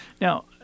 Now